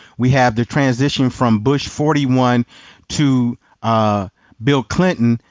we have the transition from bush forty one to ah bill clinton,